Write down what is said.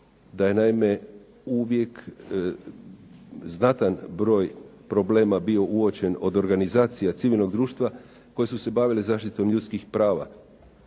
da je naime uvijek znatan broj problema bio uočen od organizacija civilnog društva koje su se bavile zaštitom ljudskih prava.